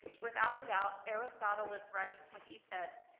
without a doubt, aristotle was right when he said,